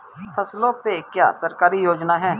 फसलों पे क्या सरकारी योजना है?